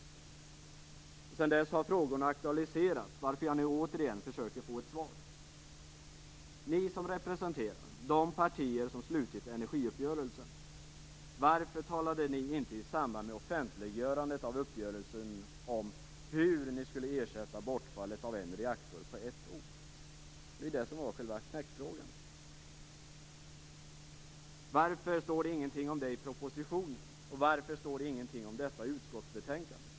Sedan dess har frågorna aktualiserats, varför jag nu återigen försöker få svar på dem. Ni som representerar de partier som slutit energiuppgörelsen, varför talade ni inte i samband med offentliggörandet av uppgörelsen om hur ni skulle ersätta bortfallet av en reaktor på ett år? Det var ju detta som var själva knäckfrågan. Varför står det ingenting om detta i propositionen, och varför står det ingenting om detta i utskottsbetänkandet?